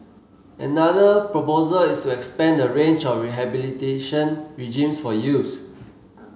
another proposal is to expand the range of rehabilitation regimes for youths